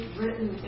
written